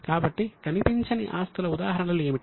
కాబట్టి కనిపించని ఆస్తులకు ఉదాహరణలు ఏమిటి